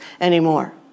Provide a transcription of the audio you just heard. anymore